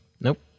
Nope